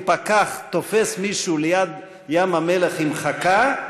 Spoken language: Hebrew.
אם פקח תופס מישהו ליד ים-המלח עם חכה,